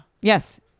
Yes